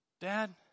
Dad